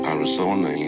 Arizona